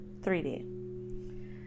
3D